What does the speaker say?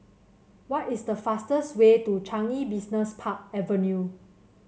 what is the fastest way to Changi Business Park Avenue